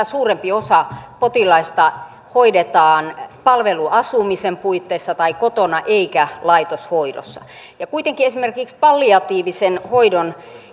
suurempi osa potilaista hoidetaan palveluasumisen puitteissa tai kotona eikä laitoshoidossa kuitenkin esimerkiksi palliatiivisen hoidon